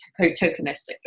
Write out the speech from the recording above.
tokenistically